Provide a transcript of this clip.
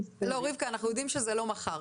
רבקה אנחנו יודעים שזה לא מחר,